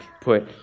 put